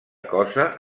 cosa